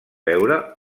veure